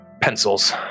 pencils